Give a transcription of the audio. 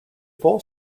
full